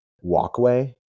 walkway